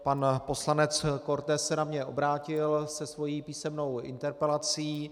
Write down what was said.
Pan poslanec Korte se na mě obrátil se svou písemnou interpelací.